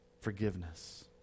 Forgiveness